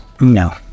No